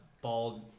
bald